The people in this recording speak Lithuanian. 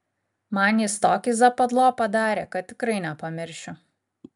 man jis tokį zapadlo padarė kad tikrai nepamiršiu